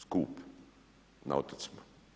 Skup na otocima.